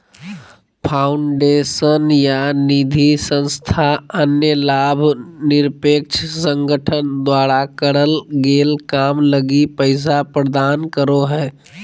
foundation या निधिसंस्था अन्य लाभ निरपेक्ष संगठन द्वारा करल गेल काम लगी पैसा प्रदान करो हय